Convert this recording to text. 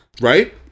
right